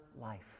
life